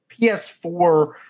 PS4